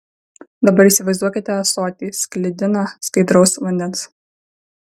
dabar įsivaizduokite ąsotį sklidiną skaidraus vandens